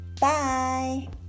Bye